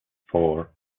four